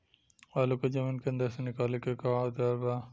आलू को जमीन के अंदर से निकाले के का औजार बा?